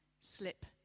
slip